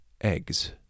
eggs